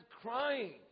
crying